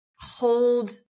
hold